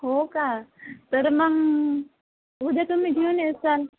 हो का तर मग उद्या तुम्ही घेऊन येशाल